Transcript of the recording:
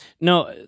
No